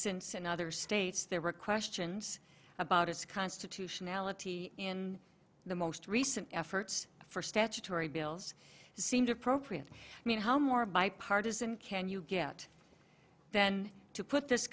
since in other states there were questions about its constitutionality in the most recent efforts for statutory bills it seemed appropriate i mean how more bipartisan can you get then to put this